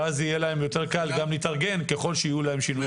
ואז יהיה להם יותר קל גם להתארגן ככל שיהיו להם שינויים.